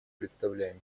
представляем